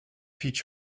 peach